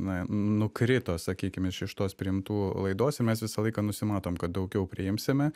na nukrito sakykim iš iš tos priimtų laidos ir mes visą laiką nusimatom kad daugiau priimsime